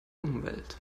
umwelt